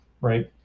right